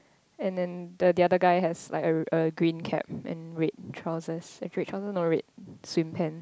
and then the the the other guy has like a a green cap and red trousers red trousers no red swim pants